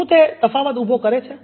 શું તે તફાવત ઉભો કરે છે